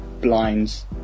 blinds